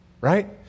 right